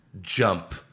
...jump